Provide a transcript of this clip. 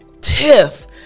Tiff